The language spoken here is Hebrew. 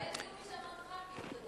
אולי יגיעו משם עוד ח"כים.